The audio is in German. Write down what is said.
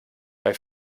bei